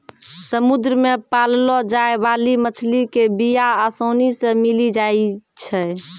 समुद्र मे पाललो जाय बाली मछली के बीया आसानी से मिली जाई छै